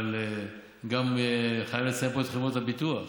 אבל אני גם חייב לציין פה את חברות הביטוח.